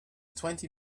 twenty